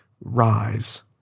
rise